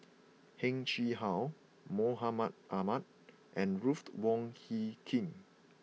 Heng Chee How Mahmud Ahmad and Ruth Wong Hie King